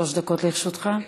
שלוש דקות לרשותך.